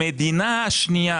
המדינה השנייה,